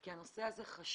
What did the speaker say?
כי הנושא הזה חשוב.